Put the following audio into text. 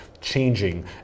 changing